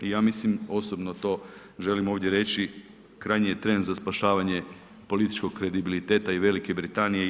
I ja mislim, osobno to želim ovdje reći krajnji je trend za spašavanje političkog kredibiliteta i Velike Britanije i EU.